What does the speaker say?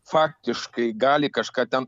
faktiškai gali kažką ten